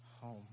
home